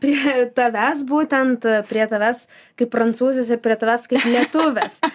prie tavęs būtent prie tavęs kaip prancūzės ir prie tavęs lietuvės